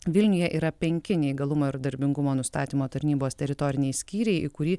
vilniuje yra penki neįgalumo ir darbingumo nustatymo tarnybos teritoriniai skyriai į kurį